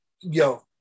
yo